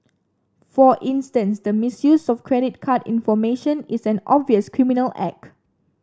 for instance the misuse of credit card information is an obvious criminal act